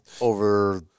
over